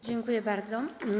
Dziękuję bardzo.